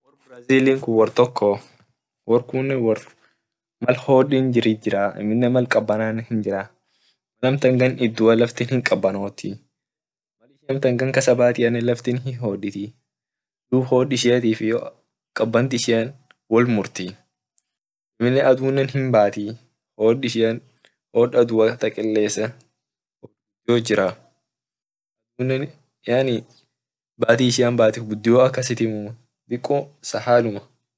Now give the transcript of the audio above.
Inama brazil inama toko wor kunne mal hodit jiraa mal qabananne hinjiraa mal amtan gan iduanne lfti hinkabanotii amtan maal gan kasabatiane laftin hihoditii dub hod ishiatif iyo kaban ishian wol murtii amine adunne hinbakii amine adu ishian bati hotu akasitimuu sahalia.